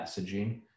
messaging